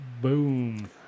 Boom